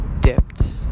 dipped